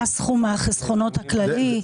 מהו סכום החסכונות הכללי?